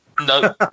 No